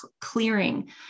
clearing